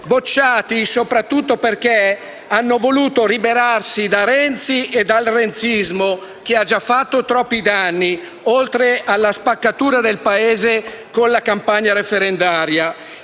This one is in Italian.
Bocciati soprattutto perché hanno voluto liberarsi di Renzi e del renzismo, che hanno già fatto troppi danni, oltre alla spaccatura del Paese che ha creato la campagna referendaria.